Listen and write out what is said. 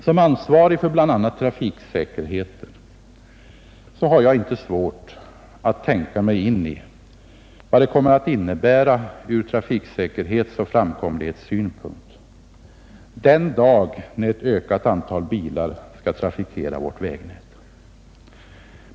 Som ansvarig för bl.a. trafiksäkerheten har jag inte svårt att tänka mig in i vad det kommer att innebära ur trafiksäkerhetsoch framkomlighetssynpunkt den dag när ett ökat antal bilar skall trafikera vårt vägnät.